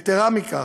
יתרה מזו,